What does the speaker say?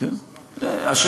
ואם יש לך ספק אחד,